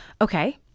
Okay